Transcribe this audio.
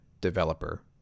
developer